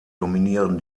dominieren